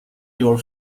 your